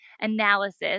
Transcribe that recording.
analysis